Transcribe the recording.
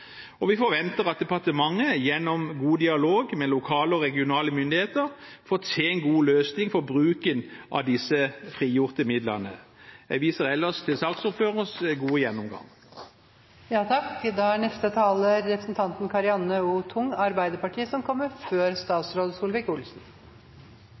og vi forventer at departementet gjennom god dialog med lokale og regionale myndigheter får til en god løsning for bruken av disse frigjorte midlene. Jeg viser ellers til saksordførerens gode gjennomgang. Først vil jeg takke saksordføreren for et godt samarbeid og en ryddig framleggelse av saken. Arbeiderpartiet